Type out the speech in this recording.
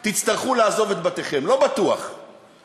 או פתרון שתי המדינות.